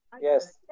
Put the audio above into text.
Yes